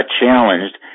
challenged